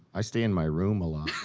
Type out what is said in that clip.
i stay in my room a lot.